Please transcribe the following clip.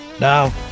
Now